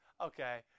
okay